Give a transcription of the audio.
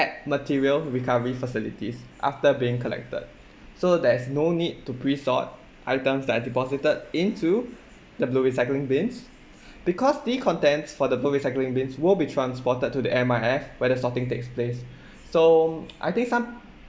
material recovery facilities after being collected so there's no need to pre-sort items that are deposited into the blue recycling bins because the contents for the blue recycling bins will be transported to the M_R_F where the sorting takes place so I think some